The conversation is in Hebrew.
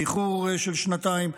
באיחור של שנתיים,